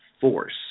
Force